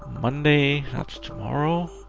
monday. that's tomorrow.